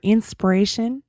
Inspiration